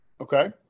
Okay